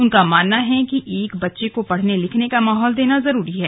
उनका मानना है कि एक बच्चे को पढ़ने लिखने का माहौल देना जरूरी है